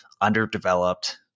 underdeveloped